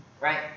right